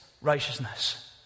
righteousness